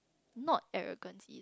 not arrogance